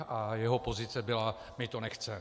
A jeho pozice byla: my to nechceme.